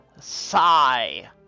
sigh